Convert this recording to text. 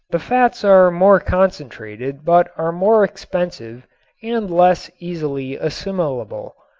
the fats are more concentrated but are more expensive and less easily assimilable.